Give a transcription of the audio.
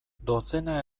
dozena